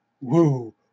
woo